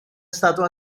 stato